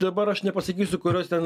dabar aš nepasakysiu kurios ten